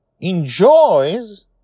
enjoys